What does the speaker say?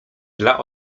dla